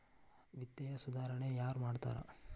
ವಿತ್ತೇಯ ಸುಧಾರಣೆ ಯಾರ್ ಮಾಡ್ತಾರಾ